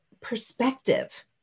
perspective